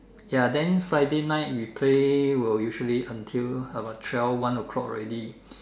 ya then Friday night we play will usually until about twelve one o-clock already